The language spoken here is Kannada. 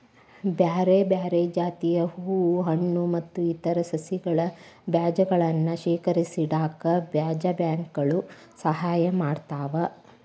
ಬ್ಯಾರ್ಬ್ಯಾರೇ ಜಾತಿಯ ಹೂ ಹಣ್ಣು ಮತ್ತ್ ಇತರ ಸಸಿಗಳ ಬೇಜಗಳನ್ನ ಶೇಖರಿಸಿಇಡಾಕ ಬೇಜ ಬ್ಯಾಂಕ್ ಗಳು ಸಹಾಯ ಮಾಡ್ತಾವ